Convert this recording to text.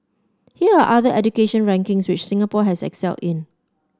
here are other education rankings which Singapore has excelled in